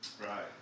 Right